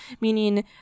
meaning